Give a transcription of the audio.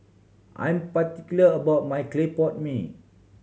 I'm particular about my clay pot mee